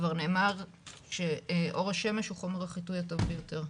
כבר נאמר שאור השמש הוא חומר החיטוי הטוב ביותר.